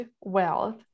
wealth